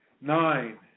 nine